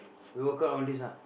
we work out on this ah